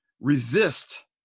resist